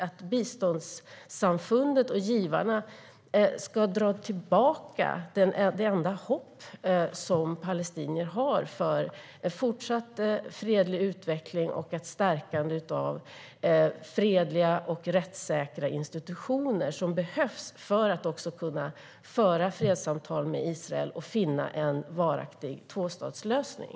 Ska biståndssamfundet och givarna dra tillbaka det enda hopp palestinier har om en fortsatt fredlig utveckling och ett stärkande av fredliga och rättssäkra institutioner, vilket behövs för att kunna föra fredssamtal med Israel och finna en varaktig tvåstatslösning?